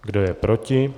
Kdo je proti?